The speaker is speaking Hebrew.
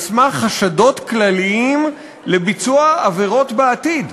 על סמך חשדות כלליים לביצוע עבירות בעתיד,